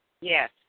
Yes